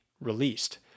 released